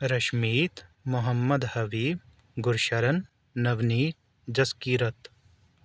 Rashmeet Mohammad Habib Gursharan Noni Jaskirat